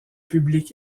public